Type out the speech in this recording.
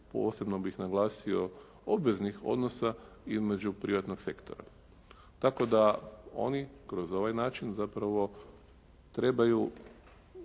posebno bih naglasio obveznih odnosa i međuprivatnog sektora, tako da oni kroz ovaj način zapravo trebaju